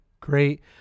great